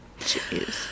Jeez